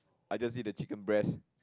I just eat the chicken breast